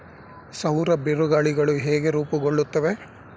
ಸೌರ ಬಿರುಗಾಳಿಗಳು ಹೇಗೆ ರೂಪುಗೊಳ್ಳುತ್ತವೆ?